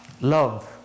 love